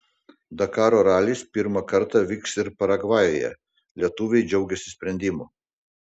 dakaro ralis pirmą kartą vyks ir paragvajuje lietuviai džiaugiasi sprendimu